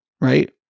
right